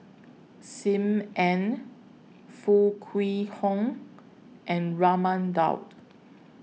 SIM Ann Foo Kwee Horng and Raman Daud